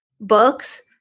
books